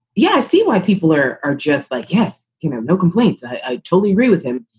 yeah, i see why people are are just like, yes, you know, no complaints. i totally agree with him